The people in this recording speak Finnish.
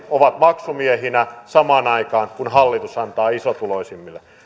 ovat maksumiehinä samaan aikaan kun hallitus antaa isotuloisimmille